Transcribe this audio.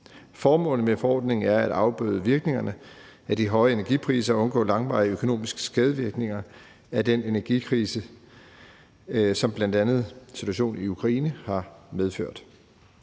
Formålene med forordningen er at afbøde virkningerne af de høje energipriser og undgå langvarige økonomiske skadevirkninger af den energikrise, som bl.a. situationen i Ukraine har medført.